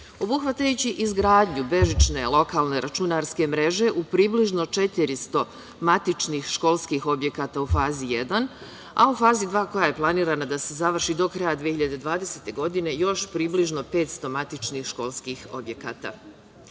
obuhvatajući izgradnju bežične lokalne računarske mreže u približno 400 matičnih školskih objekata u fazi jedan, a u fazi dva koja je planirana da se završi do kraja 2020. godine još približno 500 matičnih školskih objekata.U